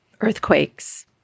earthquakes